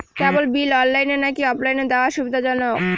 কেবল bill অনলাইনে নাকি অফলাইনে দেওয়া সুবিধাজনক?